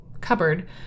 cupboard